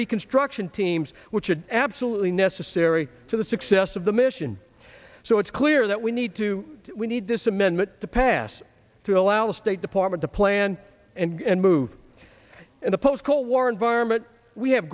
reconstruction teams which are absolutely necessary for the success of the mission so it's clear that we need to we need this amendment to pass through allow the state department to plan and move in the post cold war environment we have